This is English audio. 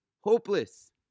Hopeless